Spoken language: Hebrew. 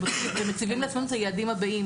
ומציבים לעצמנו את היעדים הבאים.